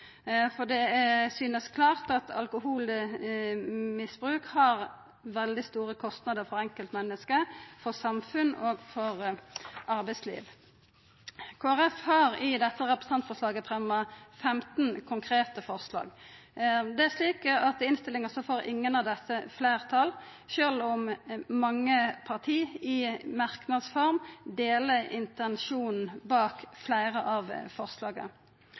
tredjepartsskade. For det synest klart at alkoholmisbruk har svært store kostnader for enkeltmenneske, for samfunn og for arbeidsliv. Kristeleg Folkeparti har i dette representantforslaget fremja 15 konkrete forslag. I innstillinga får ingen av dei fleirtal, sjølv om mange parti i merknadsform deler intensjonen bak fleire av forslaga.